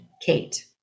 Kate